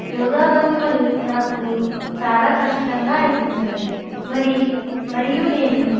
యోగా భంగిమలు నాకు చాలా కష్టంగా అనిపించాయి మరి మరియు నేను